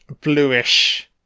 bluish